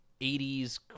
80s